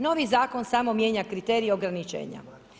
Novi zakon samo mijenja kriterije ograničenja.